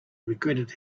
regretted